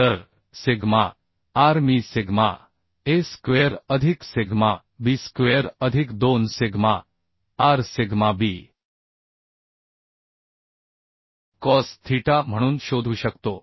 तर sigma r मी sigma a square अधिक सिग्मा b स्क्वेअर अधिक 2 sigma r sigma b cos theta म्हणून शोधू शकतो